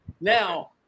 Now